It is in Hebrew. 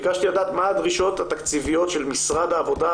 ביקשתי לדעת מה הדרישות התקציביות של משרד העבודה,